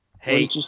Hey